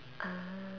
ah